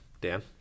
Dan